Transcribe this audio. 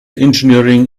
engineering